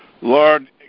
Lord